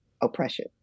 oppression